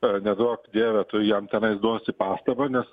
ar neduok dieve tu jam tenais duosi pastabą nes